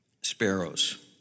sparrows